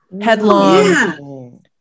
headlong